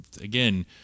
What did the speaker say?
Again